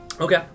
okay